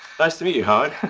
nice to meet you, howard.